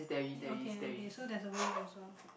ya okay okay so there's a wave also